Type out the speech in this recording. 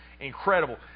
incredible